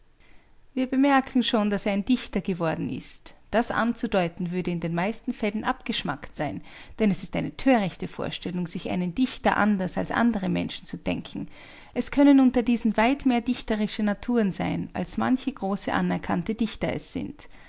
wir bemerken schon daß er ein dichter geworden ist das anzudeuten würde in den meisten fällen abgeschmackt sein denn es ist eine thörichte vorstellung sich einen dichter anders als andere menschen zu denken es können unter diesen weit mehr dichterische naturen sein als manche große anerkannte dichter es sind